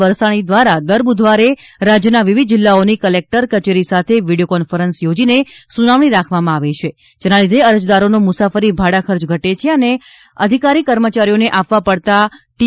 વરસાણી દ્વારા દર બુધવારે રાજ્યના વિવિધ જિલ્લાઓની કલેકટર કચેરી સાથે વિડિયો કોન્ફરન્સ યોજીને સુનાવણી રાખવામાં આવે છે જેના લીધે અરજદારોનો મુસાફરી ભાડા ખર્ચ ઘટે છે અને અધિકારી કર્મચારીઓને આપવા પડતા ટી